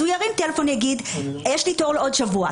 הוא ירים טלפון ויגיד שיש לו תור לעוד שבוע,